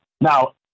Now